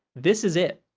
this is it.